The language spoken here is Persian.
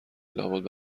لابد